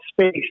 space